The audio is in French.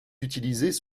utilisées